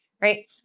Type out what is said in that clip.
right